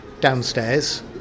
downstairs